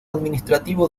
administrativo